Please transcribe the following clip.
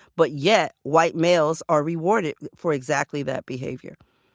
but yet, white males are rewarded for exactly that behavior.